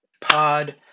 Pod